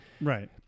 Right